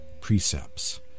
precepts